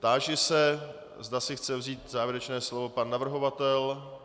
Táži se, zda si chce vzít závěrečné slovo pan navrhovatel.